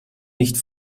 nicht